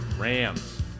Rams